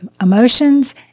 emotions